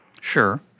Sure